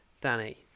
Danny